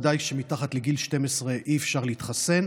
ודאי כשמתחת לגיל 12 אי-אפשר להתחסן.